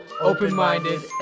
open-minded